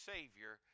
Savior